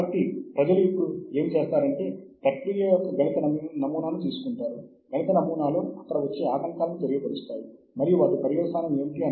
కాబట్టి మనం మాట్లాడుతున్న ఈ సాహిత్య వనరులు ఏమిటి